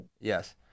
Yes